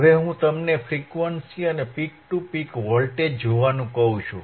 હવે હું તમને ફ્રીક્વન્સી અને પીક ટુ પીક વોલ્ટેજ જોવાનું કહું છું